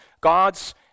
God's